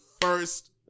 first